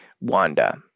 Wanda